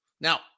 Now